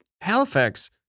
Halifax